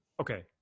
Okay